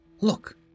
Look